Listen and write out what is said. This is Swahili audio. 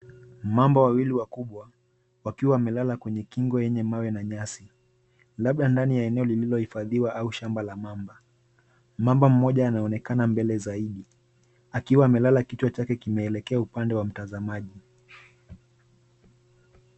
Mamba wawili wakubwa wakiwa wamelala kwenye kingo yenye mawe na nyasi, labda ndani ya eneo lililohifadhiwa au shamba la mamba. Mamba mmoja anaonekana mbele zaidi, akiwa amelala kichwa chake kimeelekea upande wa mtazamaji.